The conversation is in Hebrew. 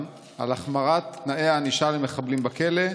על החמרת תנאי הענישה למחבלים בכלא.